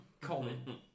Colin